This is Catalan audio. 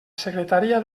secretaria